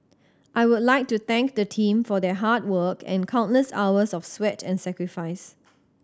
I would like to thank the team for their hard work and countless hours of sweat and sacrifice